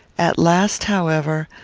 at last, however,